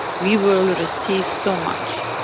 we will receive so much.